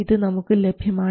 ഇത് നമുക്ക് ലഭ്യമാണ്